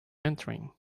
entering